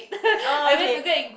oh okay